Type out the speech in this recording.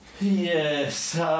Yes